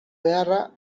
beharra